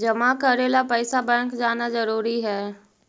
जमा करे ला पैसा बैंक जाना जरूरी है?